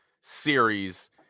series